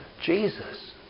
Jesus